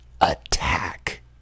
attack